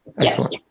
yes